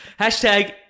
Hashtag